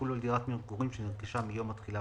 יחולו על דירת מגורים שנרכשה מיום התחילה